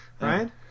Right